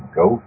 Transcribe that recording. go